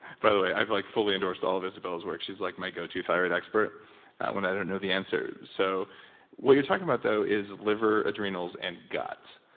by the way, i like fully endorse all of isabella's work, she's like my go to thyroid expert when i didn't know the answer. so what you're talking about though is liver, adrenals, and gut.